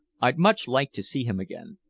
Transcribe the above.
i'd much like to see him again.